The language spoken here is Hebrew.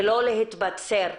ולא להתבצר.